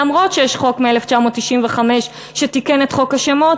למרות העובדה שיש חוק מ-1995 שתיקן את חוק השמות,